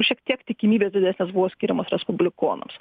šiek tiek tikimybės didesnės buvo skiriamos respublikonams